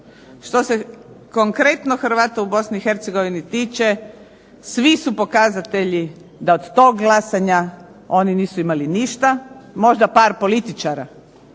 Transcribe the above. Što se konkretno Hrvata u Bosni i Hercegovini tiče svi su pokazatelji da od tog glasanja oni nisu imali ništa, možda par političara